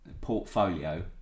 portfolio